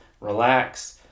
relax